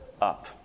up